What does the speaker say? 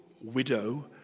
widow